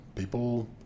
People